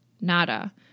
Nada